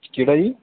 ਕਿਹੜਾ ਜੀ